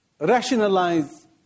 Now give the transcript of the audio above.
rationalize